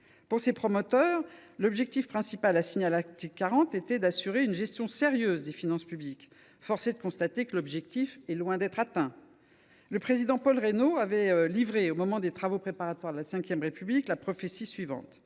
Pour ses promoteurs, l’objectif principal assigné à l’article 40 était d’assurer une gestion sérieuse des finances publiques. Force est de constater que l’objectif est loin d’être atteint. Le président Paul Reynaud avait livré, au moment des travaux préparatoires de la V République, la prophétie suivante